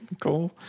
cool